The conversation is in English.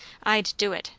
i'd do it,